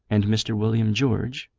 and mr. william george,